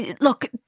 Look